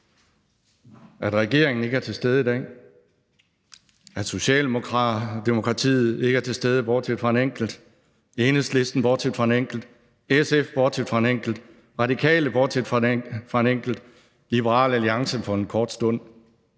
at regeringen ikke er til stede i dag, at Socialdemokratiet ikke er til stede, bortset fra en enkelt, Enhedslisten, bortset fra en enkelt, SF, bortset fra en enkelt, Radikale, bortset fra en enkelt, og Liberal Alliance for en kort stund.